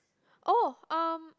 oh um